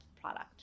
product